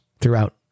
throughout